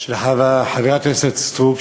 של חברת הכנסת סטרוק,